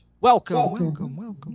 Welcome